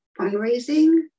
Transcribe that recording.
fundraising